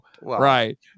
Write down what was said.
Right